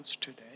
today